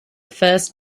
first